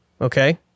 Okay